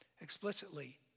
explicitly